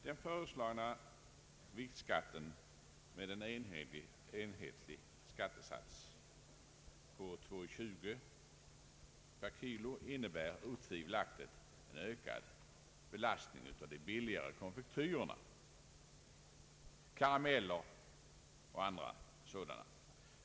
Den föreslagna viktskatten med en enhetlig skattesats på 2 kronor 20 öre per kg innebär otvivelaktigt en ökad belastning för de billigare konfektyrerna, karameller o. d.